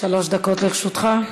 שלוש דקות לרשותך.